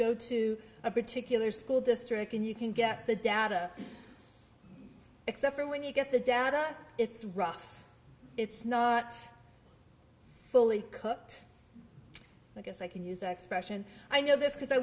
go to a particular school district and you can get the data except for when you get the data it's rough it's not fully cooked i guess i can use that expression i know this because i